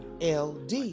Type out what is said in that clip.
LD